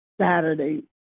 Saturday